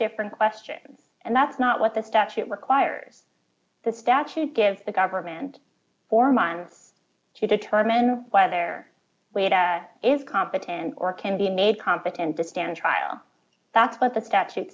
different question and that's not what the statute requires the statute gives the government four months to determine why there is competent or can be made competent to stand trial that's what the statute